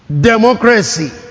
democracy